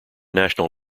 national